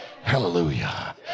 hallelujah